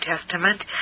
Testament